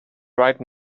right